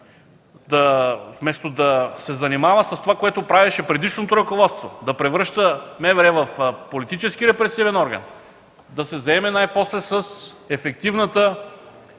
вместо да се занимава с това, което правеше предишното ръководство – да превръща МВР в политически репресивен орган, да се заеме най-после с ефективна